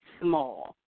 small